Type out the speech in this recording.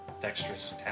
dexterous